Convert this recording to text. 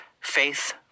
faith